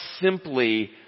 simply